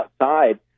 outside